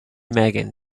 megan